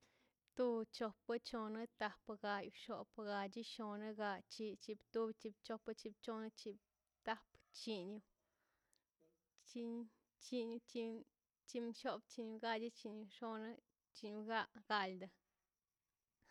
tu chupe chona tapa gaya xopa galla xono ga chi chip tub chip tiopa chipchona chin chin chin tapa chin gay chin xopa chin galdi